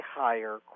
higher